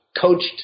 coached